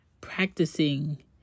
practicing